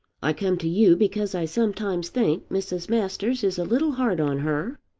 i come to you because i sometimes think mrs. masters is a little hard on her.